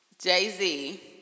Jay-Z